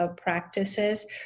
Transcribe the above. practices